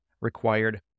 required